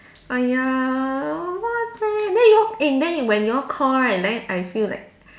!aiya! what the heck then you all eh then when you all call right then I feel like